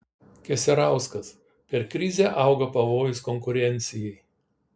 keserauskas per krizę auga pavojus konkurencijai